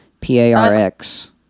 p-a-r-x